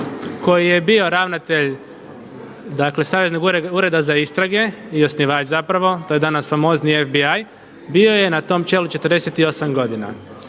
koji je bio ravnatelj dakle Saveznog ureda za istrage i suosnivač zapravo, to je danas famozni FBI, bio je na tom čelu 48 godina.